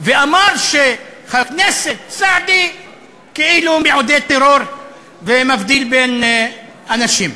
שאמר שחבר הכנסת סעדי כאילו מעודד טרור ומבדיל בין אנשים.